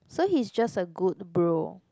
so he's just a good bro